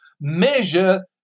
measure